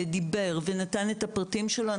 דיבר ונתן את הפרטים שלו,